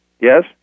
Yes